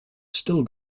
still